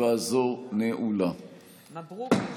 ברשות